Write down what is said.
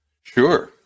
Sure